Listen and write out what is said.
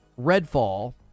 Redfall